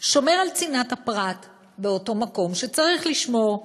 שומר על צנעת הפרט באותו מקום שצריך לשמור,